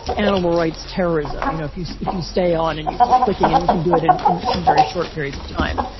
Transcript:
animal rights, terrorism. you know, if you so if you stay on and you keep clicking and you can do it in in very short periods of time.